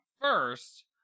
first